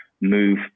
move